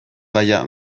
gaia